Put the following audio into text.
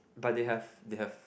but they have they have